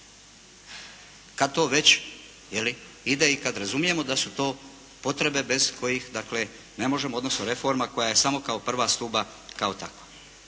kad to već ide, je li i kad razumijemo da su to potrebe bez kojih ne možemo odnosno reforma koja je samo kao prva stuba kao takva.